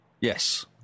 Yes